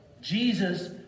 Jesus